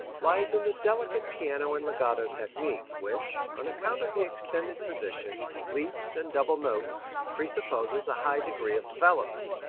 lies in the delicate piano and legato technique, which, on account of the extended positions, leaps and double notes, presupposes a high degree of development.